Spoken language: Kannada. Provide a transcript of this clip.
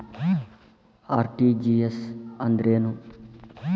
ಆರ್.ಟಿ.ಜಿ.ಎಸ್ ಅಂದ್ರೇನು?